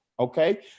Okay